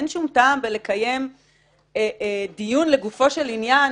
אין שום טעם בלקיים דיון לגופו של עניין.